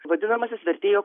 vadinamasis vertėjo krėslas